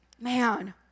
Man